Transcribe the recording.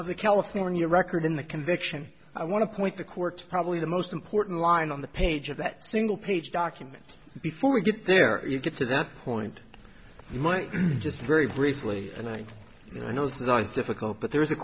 of the california record in the conviction i want to point the court's probably the most important line on the page of that single page document before we get there it gets to that point you might just very briefly and i mean i know this is always difficult but there is a